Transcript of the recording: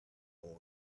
boy